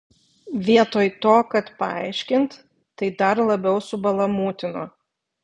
vietoj to kad paaiškint tai dar labiau subalamūtino